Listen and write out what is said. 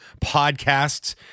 podcasts